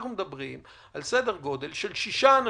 אנחנו מדברים על סדר גודל של 6 אנשים,